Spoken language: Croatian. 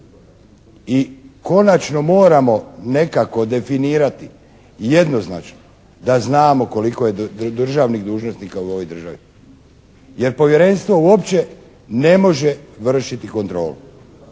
I konačno moramo nekako definirati jednoznačno da znamo koliko je državnih dužnosnika u ovoj državi. Jer povjerenstvo uopće ne može vršiti kontrolu.